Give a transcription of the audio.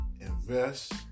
invest